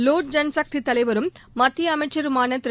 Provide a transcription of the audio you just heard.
லோக்ஜன் சக்தி தலைவரும் மத்திய அமைச்சருமான திரு